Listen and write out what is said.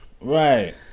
Right